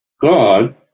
God